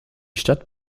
stadt